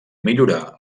millorar